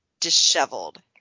disheveled